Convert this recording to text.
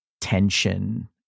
tension